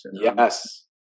Yes